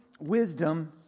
wisdom